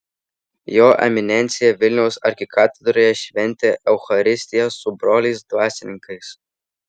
jo eminencija vilniaus arkikatedroje šventė eucharistiją su broliais dvasininkais